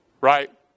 right